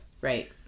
Right